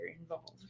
involved